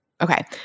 Okay